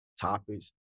topics